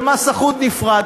של מס אחוד נפרד.